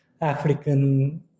African